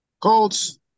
Colts